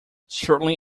certainly